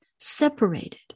Separated